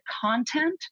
content